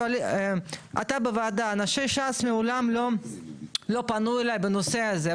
אתה בוועדה: "אנשי ש"ס מעולם לא פנו אליי בנושא הזה".